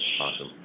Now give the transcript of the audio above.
Awesome